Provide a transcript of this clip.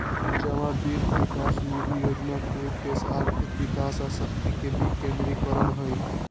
जमा वित्त विकास निधि जोजना के उद्देश्य आर्थिक विकास आ शक्ति के विकेंद्रीकरण हइ